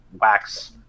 wax